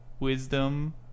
wisdom